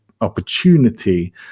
opportunity